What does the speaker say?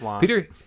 Peter